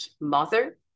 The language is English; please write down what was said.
mother